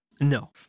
No